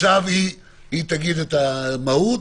אני אקרא: (ג) לא יתקיים דיון ראשון לפי סעיף 15 לחוק המעצרים,